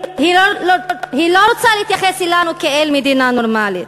היא לא רוצה להתייחס אלינו כאל מדינה נורמלית,